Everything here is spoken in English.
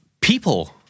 people